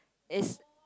is